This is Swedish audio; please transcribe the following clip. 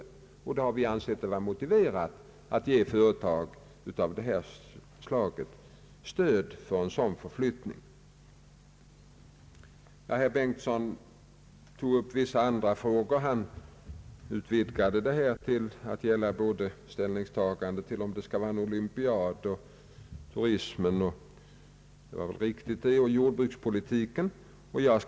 I dessa fall har vi ansett det motiverat att ge företag av detta slag stöd till en förflyttning. Herr Bengtson tog i sitt inlägg upp en del andra frågor och vidgade debatten till att gälla ställningstaganden till om vi skall ha en vinterolympiad, hur vi skall hjälpa turismen och hur jordbrukspolitiken skall bedrivas.